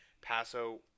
Paso